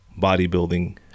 bodybuilding